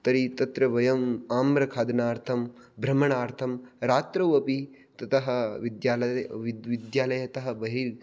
तर्हि तत्र वयम् आम्रखादनार्थं भ्रमणार्थं रात्रौ अपि ततः विद्यालय विद्यालयतः बहिर्